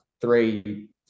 three